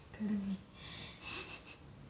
கடவுளே:kadavulae